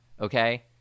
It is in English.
okay